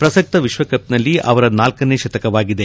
ಪ್ರಸಕ್ತ ವಿಶ್ವಕಪ್ನಲ್ಲಿ ಅವರ ನಾಲ್ಕನೇ ಶತಕವಾಗಿದೆ